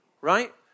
Right